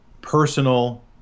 personal